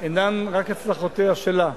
אינן רק הצלחותיה שלה,